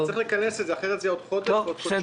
צריך לכנס את זה אחרת זה יהיה עוד חודש או חודשיים.